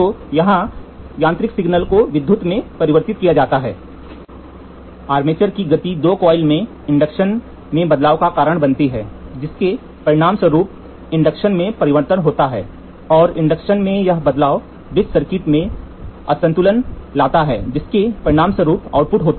तो यहां यांत्रिक सिग्नल को विद्युत में परिवर्तित किया जाता है आर्मेचर की गति दो कॉइल्स में इंडक्शन में बदलाव का कारण बनती है जिसके परिणामस्वरूप इंडक्शन में परिवर्तन होता है और इंडक्शन में यह बदलाव ब्रिज सर्किट में असंतुलन लाता है जिसके परिणामस्वरूप आउटपुट होता है